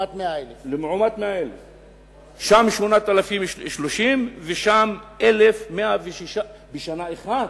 50,000 לעומת 100,000. לעומת 100,000. שם 8,030 בשנה אחת,